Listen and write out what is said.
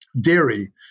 dairy